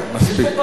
אני בפרלמנט, אדוני.